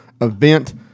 event